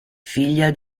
figlia